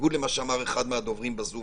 בניגוד למה שאמר אחד מהדוברים בזום,